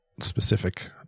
specific